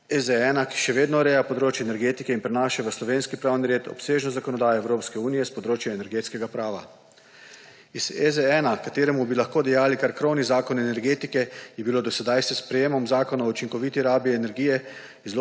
EZ-1 še vedno ureja področje energetike in prenaša v slovenski pravni red obsežno zakonodajo Evropske unije s področja energetskega prava. Iz EZ-1, kateremu bi lahko dejali kar krovni zakon energetike, je bilo do sedaj s sprejemom Zakona o učinkoviti rabi energije